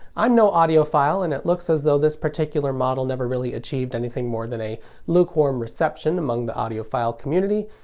i'm no audiophile, and it looks as though this particular model never really achieved anything more than a lukewarm reception among the audiophile community,